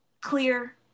Clear